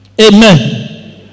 Amen